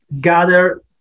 gather